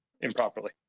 improperly